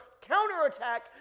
counterattack